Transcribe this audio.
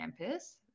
campus